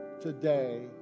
today